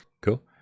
Cool